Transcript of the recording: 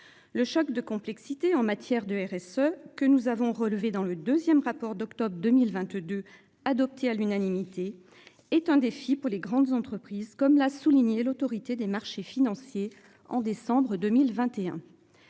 Le choc de complexité en matière de RSE que nous avons relevés dans le 2ème rapport d'octobre 2022, adopté à l'unanimité est un défi pour les grandes entreprises, comme l'a souligné l'autorité des marchés financiers en décembre 2021.